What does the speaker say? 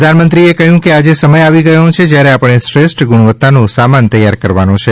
પ્રધાનમંત્રીએ કહ્યું કે આજે સમય આવી ગયો છે જયારે આપણે શ્રેષ્ઠ ગુણવત્તાનો સામાન તૈયાર કરવાનો છે